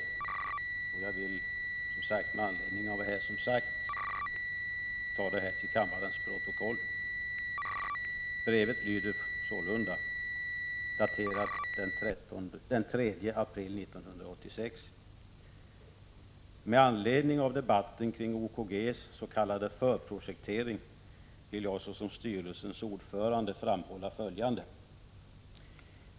Det är alltså med anledning av vad som sagts jag vill föra det till kammarens protokoll. Brevet, som är daterat den 3 april 1986, lyder sålunda: ”Med anledning av debatten kring OKGs sk förprojektering vill jag såsom styrelsens ordförande framhålla följande.